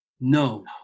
No